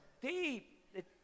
deep